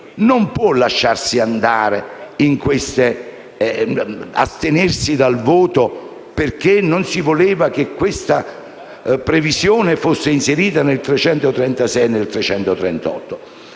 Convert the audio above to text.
non può lasciarsi andare e astenersi dal voto, perché si voleva che questa previsione fosse inserita nell'articolo 336